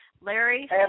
Larry